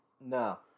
No